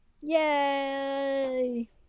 Yay